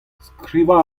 skrivañ